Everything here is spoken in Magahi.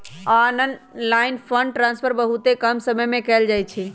ऑनलाइन फंड ट्रांसफर बहुते कम समय में कएल जाइ छइ